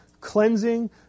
cleansing